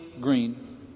green